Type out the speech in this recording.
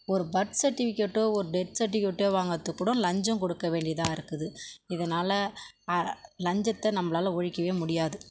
ஒரு பர்த் சர்ட்டிஃபிகேட்டோ ஒரு டெட் சர்ட்டிஃபிகேட்டோ வாங்கிறத்துக் கூட லஞ்சம் கொடுக்க வேண்டியதாக இருக்குது இதனால் லஞ்சத்தை நம்மளால ஒழிக்கவே முடியாது